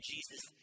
Jesus